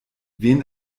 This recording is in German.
wen